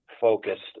focused